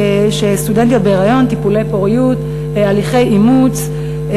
סטודנטיות בהיריון, טיפולי פוריות, הליכי אימוץ,